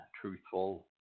truthful